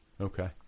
Okay